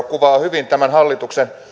kuvaa hyvin tämän hallituksen